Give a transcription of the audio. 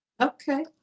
Okay